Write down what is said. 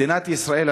מדינת ישראל,